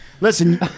Listen